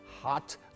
hot